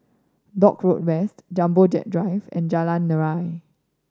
Dock Road West Jumbo Jet Drive and Jalan Nira